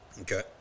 Okay